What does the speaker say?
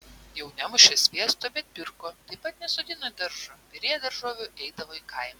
jau nemušė sviesto bet pirko taip pat nesodino daržo virėja daržovių eidavo į kaimą